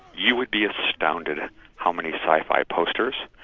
you would be astounded at how many sci-fi posters,